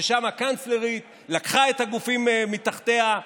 ששם הקנצלרית לקחה את הגופים מתחתיה,